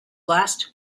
last